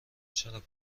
چرا